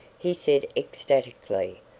he said ecstatically.